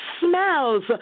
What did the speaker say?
smells